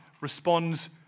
responds